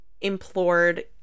implored